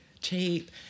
cheap